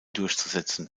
durchzusetzen